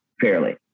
fairly